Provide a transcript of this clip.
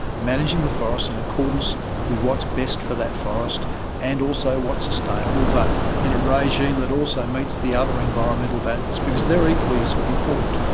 managing the forest in accordance with what's best for that forest and also what's sustainable but in a regime that also meets the other environmental values because they're equally as important.